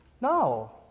No